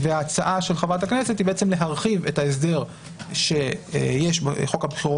וההצעה של חברת הכנסת היא בעצם להרחיב את ההסדר שיש היום